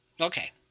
Okay